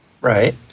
Right